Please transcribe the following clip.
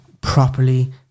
properly